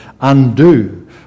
undo